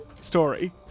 story